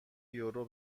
یورو